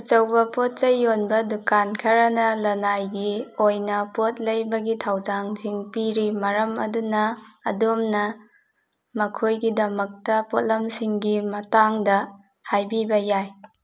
ꯑꯆꯧꯕ ꯄꯣꯠꯆꯩ ꯌꯣꯟꯕ ꯗꯨꯀꯥꯟ ꯈꯔꯅ ꯂꯅꯥꯏꯒꯤ ꯑꯣꯏꯅ ꯄꯣꯠ ꯂꯩꯕꯒꯤ ꯊꯧꯗꯥꯡꯁꯤꯡ ꯄꯤꯔꯤ ꯃꯔꯝ ꯑꯗꯨꯅ ꯑꯗꯣꯝꯅ ꯃꯈꯣꯏꯒꯤꯗꯃꯛꯇ ꯄꯣꯠꯂꯝꯁꯤꯡꯒꯤ ꯃꯇꯥꯡꯗ ꯍꯥꯏꯕꯤꯕ ꯌꯥꯏ